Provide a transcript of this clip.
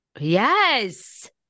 Yes